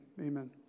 Amen